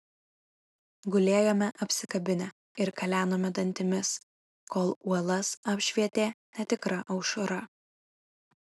gulėjome apsikabinę ir kalenome dantimis kol uolas apšvietė netikra aušra